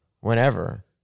Whenever